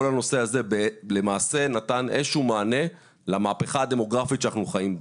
כל הנושא הזה למעשה נתן איזשהו מענה למהפכה הדמוגרפית שאנחנו חיים בה.